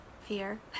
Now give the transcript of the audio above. fear